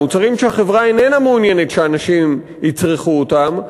מוצרים שהחברה איננה מעוניינת שאנשים יצרכו אותם,